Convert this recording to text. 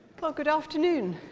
well, good afternoon,